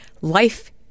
Life